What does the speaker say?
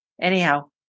Anyhow